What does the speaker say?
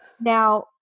Now